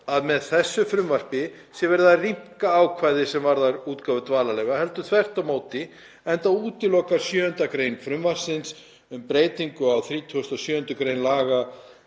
að með þessu frumvarpi sé verið að rýmka ákvæði er varða útgáfu dvalarleyfa, heldur þvert á móti, enda útilokar 7. gr. frumvarpsins, um breytingu á 37. gr. laganna,